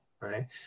right